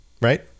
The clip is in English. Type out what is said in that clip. Right